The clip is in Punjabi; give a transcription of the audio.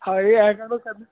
ਹਾਏ ਐਂ ਕਾਹਨੂੰ ਕਹਿੰਦੇ